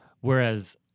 Whereas